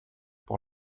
pour